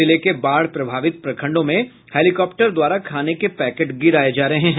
जिले के बाढ़ प्रभावित प्रखंडों में हेलीकॉप्टर द्वारा खाने के पैकेट गिराये जा रहे हैं